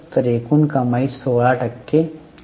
तर एकूण कमाईत 16 टक्के घट आहे